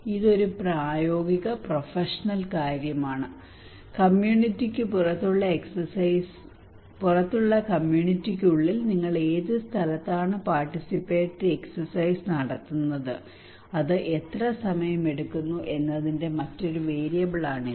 ഇതൊരു പ്രായോഗിക പ്രൊഫഷണൽ കാര്യമാണ് കമ്മ്യൂണിറ്റിക്ക് പുറത്തുള്ള കമ്മ്യൂണിറ്റിക്കുള്ളിൽ നിങ്ങൾ ഏത് സ്ഥലത്താണ് പാർട്ടിസിപ്പേറ്ററി എക്സെർസൈസ് നടത്തുന്നത് അത് എത്ര സമയമെടുക്കുന്നു എന്നതിന്റെ മറ്റൊരു വേരിയബിളാണ് ഇത്